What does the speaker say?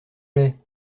lait